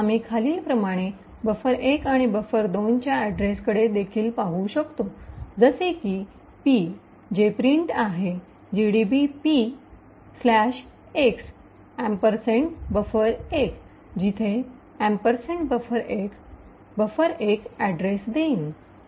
आम्ही खालील प्रमाणे बफर१ आणि बफर२ च्या अड्रेसकडे देखील पाहू शकतो जसे की पी जे प्रिंट आहे GDB P x buffer1 gdb px buffer1 जिथे बफर१ बफर१ अड्रेस देईन